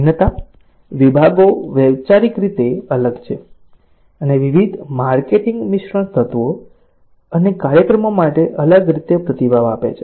ભિન્નતા વિભાગો વૈચારિક રીતે અલગ છે અને વિવિધ માર્કેટિંગ મિશ્રણ તત્વો અને કાર્યક્રમો માટે અલગ રીતે પ્રતિભાવ આપે છે